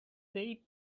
said